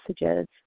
messages